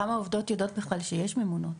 כמה עובדות יודעות בכלל שיש ממונות?